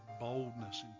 boldness